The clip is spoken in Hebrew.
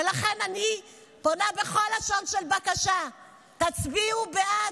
ולכן אני פונה בכל לשון של בקשה: תצביעו בעד,